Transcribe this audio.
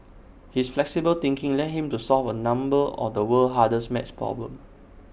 his flexible thinking led him to solve A number of the world's hardest math problems